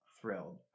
thrilled